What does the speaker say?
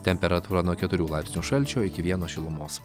temperatūra nuo keturių laipsnių šalčio iki vieno šilumos